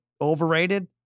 overrated